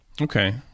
Okay